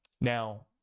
Now